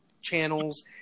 channels